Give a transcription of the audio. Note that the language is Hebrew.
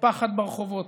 בפחד ברחובות.